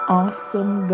awesome